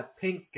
Pink